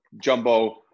Jumbo